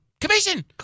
Commission